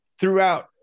throughout